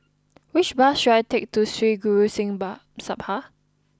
which bus should I take to Sri Guru Singh Sabha